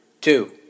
two